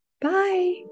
bye